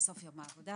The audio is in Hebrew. בסוף יום העבודה,